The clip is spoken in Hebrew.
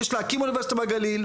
יש להקים אוניברסיטה בגליל,